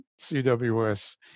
CWS